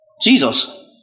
Jesus